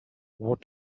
what